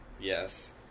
Yes